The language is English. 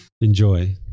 Enjoy